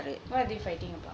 what are they fighting about